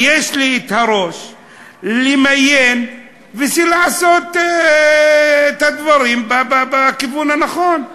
ויש לי ראש למיין ולעשות את הדברים בכיוון הנכון.